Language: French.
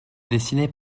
dessinées